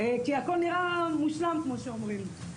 כי הכול נראה מושלם, כמו שאומרים.